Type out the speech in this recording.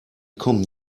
kommen